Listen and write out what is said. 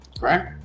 Right